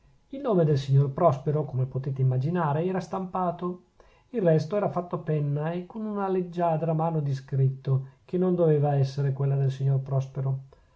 il nome del signor prospero come potete immaginare era stampato il resto era fatto a penna e con una leggiadra mano di scritto che non doveva esser quella del signor prospero